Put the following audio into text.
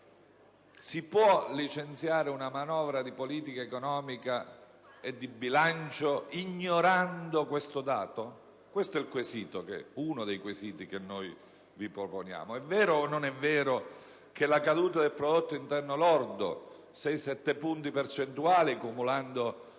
Si può licenziare una manovra di politica economica e di bilancio ignorando tale dato? Questo è uno dei quesiti che proponiamo. È vero o non è vero che la caduta del prodotto interno lordo, di 6-7 punti percentuali durante